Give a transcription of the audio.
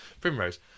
Primrose